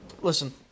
Listen